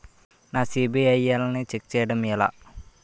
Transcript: నా సిబిఐఎల్ ని ఛెక్ చేయడం ఎలా?